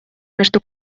между